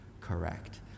correct